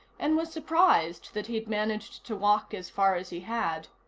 and was surprised that he'd managed to walk as far as he had.